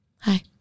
Hi